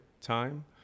time